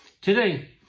today